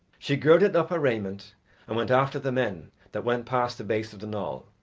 she girded up her raiment and went after the men that went past the base of the knoll,